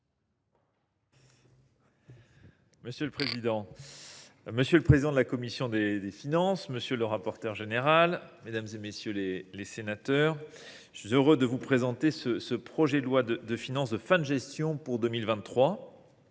monsieur le président de la commission des finances, monsieur le rapporteur général, mesdames, messieurs les sénateurs, je suis heureux de vous présenter ce projet de loi de finances de fin de gestion (PLFG) pour 2023.